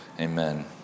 Amen